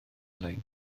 lein